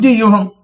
వృద్ధి వ్యూహం